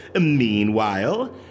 Meanwhile